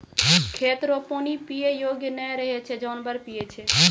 खेत रो पानी पीयै योग्य नै रहै छै जानवर पीयै छै